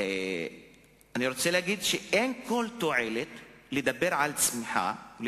מייד נוכחתי לדעת שכל האסכולה שלי